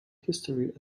history